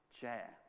chair